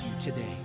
today